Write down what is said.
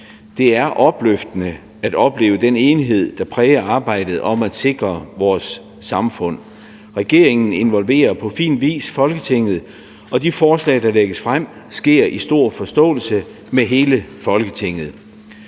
Det er opløftende at opleve den enighed, der præger arbejdet om at sikre vores samfund. Regeringen involverer på fin vis Folketinget med de forslag, der lægges frem, og det sker i stor forståelse med hele Folketinget.